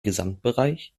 gesamtbereich